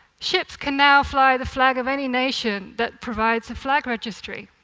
ships can now fly the flag of any nation that provides a flag registry.